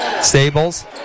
Stables